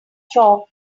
chalk